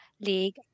league